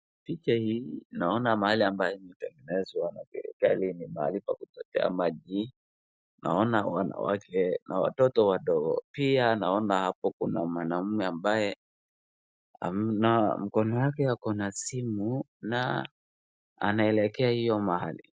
Picha hii naona mahali ambayo imetengenezwa na serikali yenye mahali pa kuchotea maji. Naona wanawake na watoto wadogo, pia naona hapo kuna mwanaume ambaye mkono wake ako na simu na anaelekea hiyo mahali.